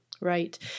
Right